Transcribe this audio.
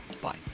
bye